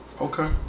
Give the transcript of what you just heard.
Okay